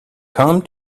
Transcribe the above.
come